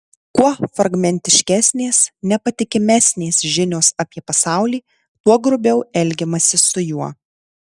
kuo fragmentiškesnės nepatikimesnės žinios apie pasaulį tuo grubiau elgiamasi su juo